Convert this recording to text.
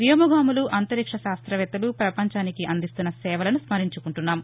వ్యోమగాములు అంతరిక్ష శాస్రవేత్తలు పపంచానికి అందిస్తున్న సేవలను స్మరించుకుంటున్నాము